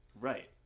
Right